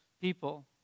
people